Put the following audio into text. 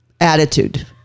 attitude